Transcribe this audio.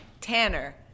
Tanner